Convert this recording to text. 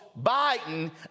Biden